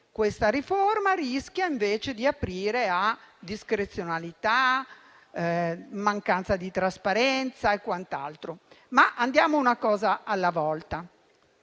questa riforma, che rischia, invece, di aprire a discrezionalità, mancanza di trasparenza e quant'altro. Procediamo però una cosa alla volta.